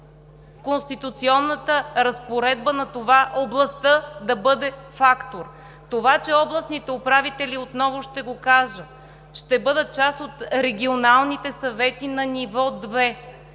конституционната разпоредба на това областта да бъде фактор. Това, че областните управители, отново ще го кажа, ще бъдат част от регионалните съвети на ниво 2,